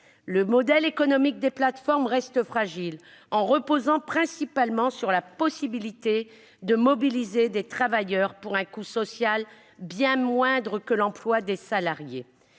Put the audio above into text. Le modèle économique des plateformes reste fragile. Il repose principalement sur la possibilité de mobiliser des travailleurs pour un coût social bien moindre que l'emploi de salariés.